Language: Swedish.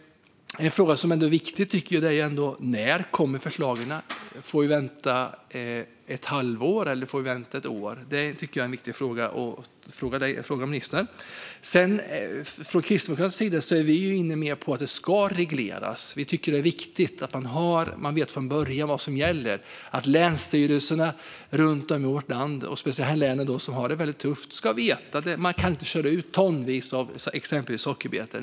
En viktig fråga att ställa till ministern är: När kommer förslagen? Får vi vänta ett halvår eller ett år? Vi i Kristdemokraterna är mer inne på att detta ska regleras. Vi tycker att det är viktigt att man redan från början vet vad som gäller. Länsstyrelserna runt om i vårt land, speciellt i de län som har det väldigt tufft, ska veta att man inte kan köra ut tonvis av till exempel sockerbetor.